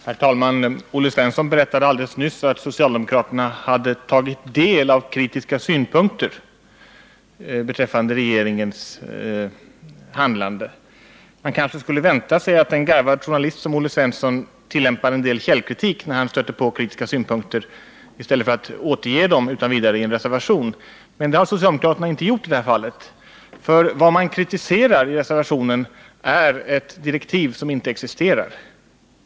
Herr talman! Olle Svensson berättade alldeles nyss att socialdemokraterna hade tagit del av kritiska synpunkter beträffande regeringens handlande. Man kunde kanske vänta sig att en garvad journalist som Olle Svensson skulle tillämpa en del källkritik, när han stötte på kritiska synpunkter, i stället för att utan vidare återge dem i en reservation. Socialdemokraterna har inte tillämpat någon källkritik i det här fallet, för vad man kritiserar i reservationen är direktiv som inte existerar.